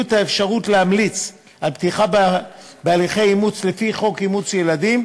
את האפשרות להמליץ על פתיחה בהליכי אימוץ לפי חוק אימוץ ילדים,